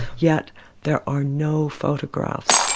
yet there are no photographs.